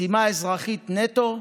זו משימה אזרחית נטו,